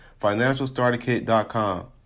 financialstarterkit.com